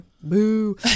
Boo